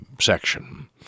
section